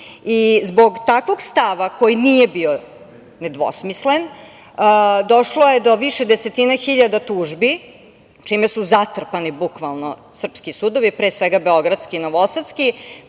Zbog takvog stava, koji nije bio nedvosmislen, došlo je do više desetina hiljada tužbi, čime su zatrpani bukvalno srpski sudovi, pre svega beogradski i novosadski,